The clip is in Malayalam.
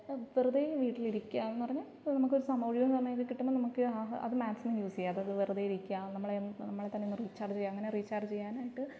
ഇപ്പം വെറുതെ വീട്ടിലിരിക്കുക എന്ന് പറഞ്ഞാൽ ഇപ്പോൾ നമുക്ക് ഒരു ഒഴിവ് സമയമൊക്കെ അത് ആഹാ അത് മാക്സിമം യൂസ് ചെയ്യുക അത് വെറുതെ ഇരിക്കുക നമ്മള് നമ്മളെ തന്നെ അങ്ങ് റീച്ചാർജ് ചെയ്യുക അങ്ങനെ റീച്ചാർജ് ചെയ്യാനായിട്ട്